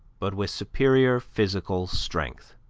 but with superior physical strength.